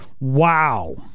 Wow